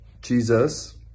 Jesus